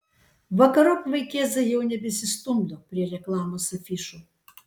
vakarop vaikėzai jau nebesistumdo prie reklamos afišų